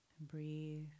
Breathe